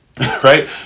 Right